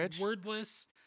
wordless